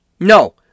No